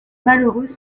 malheureux